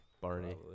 Barney